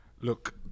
Look